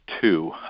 two